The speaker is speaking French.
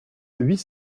huit